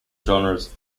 genres